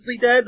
dead